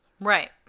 Right